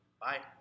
Bye